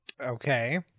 Okay